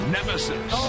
Nemesis